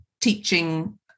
teaching